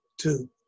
Two